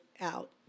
out